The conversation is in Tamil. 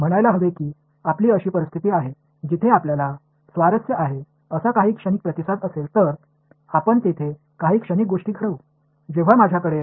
மறுபுறம் உங்களுக்கு ஒரு சூழ்நிலை இருப்பதாக நாங்கள் கூறுவோம் அங்கு நீங்கள் ஆர்வமாக இருக்கும் சில நிலையற்ற பதில்கள் உள்ளது பின்னர் அங்கு நடக்கும் சில நிலையற்ற விஷயத்தில் சில சுவிட்சை இயக்கவும்